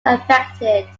affected